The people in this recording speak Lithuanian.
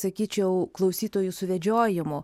sakyčiau klausytojų suvedžiojimu